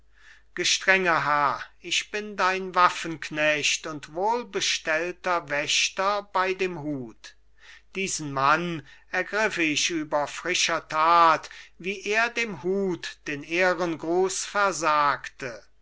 gestrenger herr ich bin dein waffenknecht und wohlbestellter wächter bei dem hut diesen mann ergriff ich über frischer tat wie er dem hut den ehrengruss versagte